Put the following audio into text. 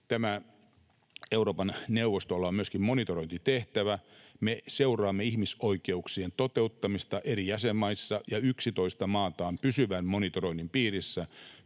Euroopan neuvostolla on myöskin monitorointitehtävä. Me seuraamme ihmisoikeuksien toteuttamista eri jäsenmaissa, ja 11 maata on pysyvän monitoroinnin piirissä.